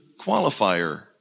qualifier